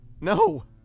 No